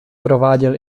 prováděl